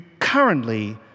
currently